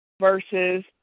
Versus